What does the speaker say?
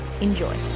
Enjoy